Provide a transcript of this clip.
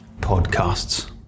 podcasts